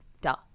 duh